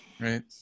right